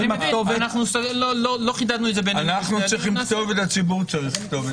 גם אנחנו צריכים כתובת וגם הציבור צריך כתובת.